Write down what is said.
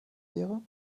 wäre